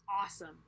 awesome